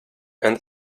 and